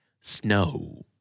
Snow